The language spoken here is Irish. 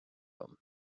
liom